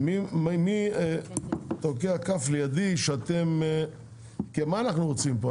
מי תוקע כף לידי שאתם, כי מה אנחנו רוצים פה?